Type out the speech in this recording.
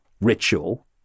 ritual